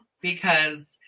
because-